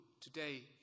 today